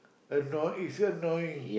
and no it's very annoying